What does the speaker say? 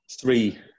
Three